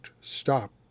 stop